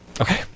Okay